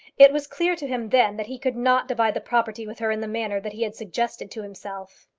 it was clear to him then that he could not divide the property with her in the manner that he had suggested to himself.